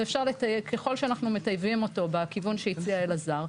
ככול שאנחנו מטייבים אותו בכיוון שהציע אלעזר,